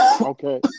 Okay